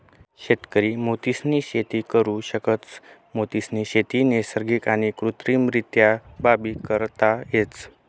शेतकरी मोतीसनी शेती करु शकतस, मोतीसनी शेती नैसर्गिक आणि कृत्रिमरीत्याबी करता येस